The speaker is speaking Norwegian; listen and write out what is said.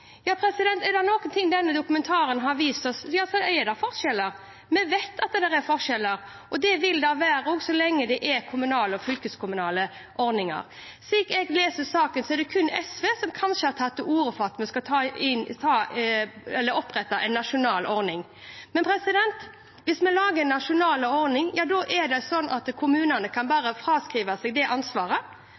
Ja, er det noe denne dokumentaren har vist oss, så er det at det er forskjeller. Vi vet at det er forskjeller, og det vil det være så lenge det er kommunale og fylkeskommunale ordninger. Slik jeg leser saken, er det kun SV som kanskje har tatt til orde for at vi skal opprette en nasjonal ordning. Hvis vi lager en nasjonal ordning, kan kommunene fraskrive seg ansvaret. Det er jo ikke det vi ønsker, vi ønsker at de som har sviktet, må gjøre opp for seg.